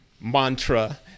mantra